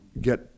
get